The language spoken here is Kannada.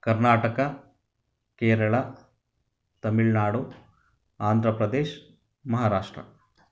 ಕರ್ನಾಟಕ ಕೇರಳ ತಮಿಳ್ ನಾಡು ಆಂಧ್ರ ಪ್ರದೇಶ್ ಮಹಾರಾಷ್ಟ್ರ